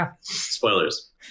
Spoilers